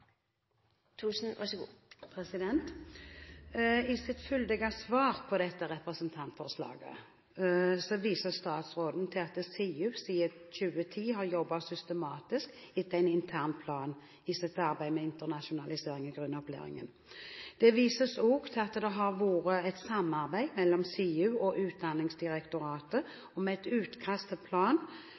at SIU siden 2010 har jobbet systematisk etter en intern plan i sitt arbeid med internasjonalisering i grunnopplæringen. Det vises òg til at det har vært et samarbeid mellom SIU og Utdanningsdirektoratet om et utkast